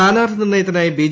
സ്ഥാനാർഥി നിർണയത്തിനായി ബി